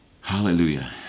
Hallelujah